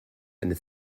eine